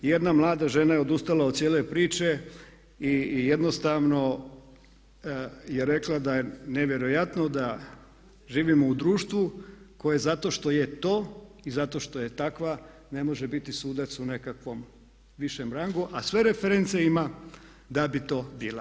I jedna mlada žena je odustala od cijele priče i jednostavno je rekla da je nevjerojatno da živimo u društvu koje zato što je to i zato što je takva ne može biti sudac u nekakvom višem rangu a sve reference da bi to bila.